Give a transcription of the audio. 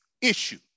issue